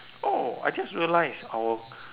oh I just realised our